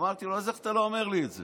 אמרתי לו: אז איך אתה לא אומר לי את זה?